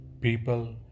People